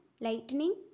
lightning